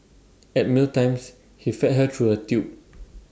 at meal times he fed her through A tube